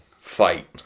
fight